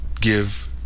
give